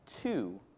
Two